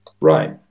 Right